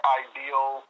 ideal